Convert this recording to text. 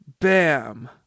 Bam